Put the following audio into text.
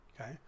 okay